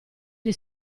gli